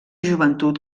joventut